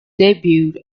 debut